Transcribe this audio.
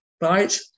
right